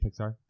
Pixar